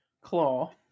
Claw